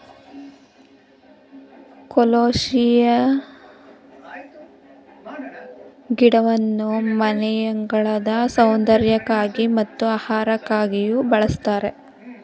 colocasia ಗಿಡವನ್ನು ಮನೆಯಂಗಳದ ಸೌಂದರ್ಯಕ್ಕಾಗಿ ಮತ್ತು ಆಹಾರಕ್ಕಾಗಿಯೂ ಬಳ್ಸತ್ತರೆ